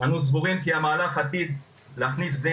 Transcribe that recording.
אנו סבורים כי המהלך עתיד להכניס בני